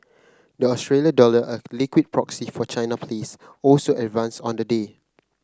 the Australia dollar a liquid proxy for China plays also advanced on the day